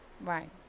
right